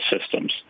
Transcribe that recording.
systems